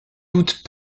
doute